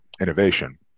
innovation